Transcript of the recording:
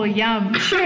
yum